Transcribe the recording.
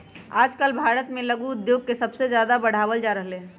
आजकल भारत में लघु उद्योग के सबसे ज्यादा बढ़ावल जा रहले है